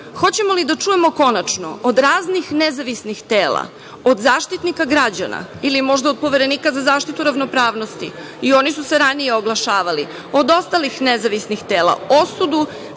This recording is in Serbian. hoćemo li da čujemo konačno od raznih nezavisnih tela, od Zaštitnika građana ili možda od Poverenika za zaštitu ravnopravnosti, i oni su se ranije oglašavali, od ostalih nezavisnih tela, osudu